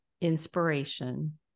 inspiration